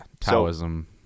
Taoism